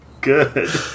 Good